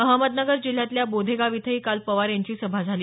अहमदनगर जिल्ह्यातल्या बोधेगाव इथंही काल पवार यांची सभा झाली